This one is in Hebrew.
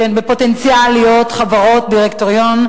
שלהן פוטנציאל להיות חברות דירקטוריון,